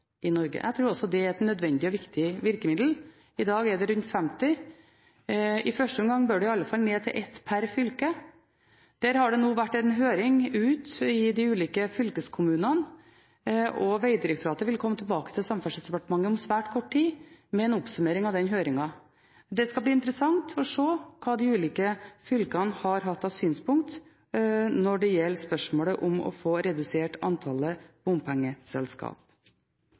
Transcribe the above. i Norge. Jeg tror også det er et nødvendig og viktig virkemiddel. I dag er det rundt 50. I første omgang bør det iallfall ned til ett pr. fylke. Det har vært en høring i de ulike fylkeskommunene om dette. Vegdirektoratet vil komme tilbake til Samferdselsdepartementet om svært kort tid med en oppsummering av den høringen. Det skal bli interessant å se synspunktene i de ulike fylkene når det gjelder spørsmålet om å få redusert antallet bompengeselskap.